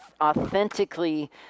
authentically